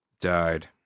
died